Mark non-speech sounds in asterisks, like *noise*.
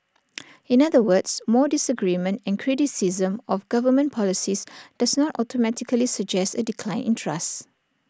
*noise* in other words more disagreement and criticism of government policies does not automatically suggest A decline in trust